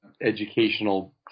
educational